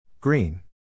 Green